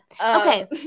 Okay